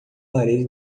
parede